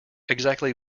exactly